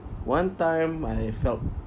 one time I felt